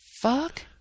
Fuck